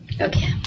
Okay